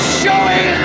showing